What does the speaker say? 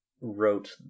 wrote